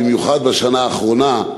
במיוחד בשנה האחרונה,